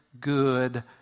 good